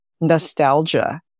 nostalgia